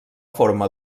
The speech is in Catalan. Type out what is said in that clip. forma